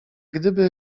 gdyby